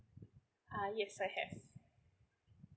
uh yes I have